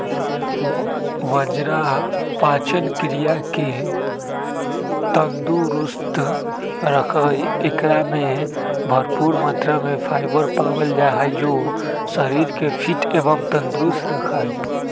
बाजरा पाचन क्रिया के तंदुरुस्त रखा हई, एकरा में भरपूर मात्रा में फाइबर पावल जा हई जो शरीर के फिट एवं तंदुरुस्त रखा हई